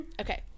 Okay